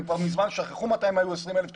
הם כבר מזמן שכחו מתי הם היו 20,000 תושבים.